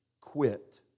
quit